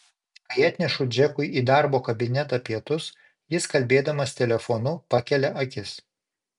kai atnešu džekui į darbo kabinetą pietus jis kalbėdamas telefonu pakelia akis